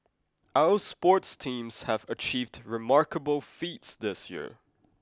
our sports teams have achieved remarkable feats this year